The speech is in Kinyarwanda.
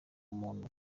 umuntu